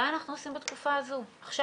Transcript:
מה אנחנו עושים בתקופה הזאת, עכשיו?